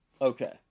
Okay